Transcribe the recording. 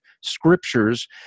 scriptures